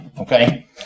Okay